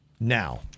now